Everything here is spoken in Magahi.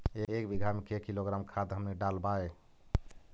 एक बीघा मे के किलोग्राम खाद हमनि डालबाय?